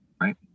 right